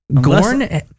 Gorn